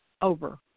over